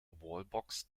wallbox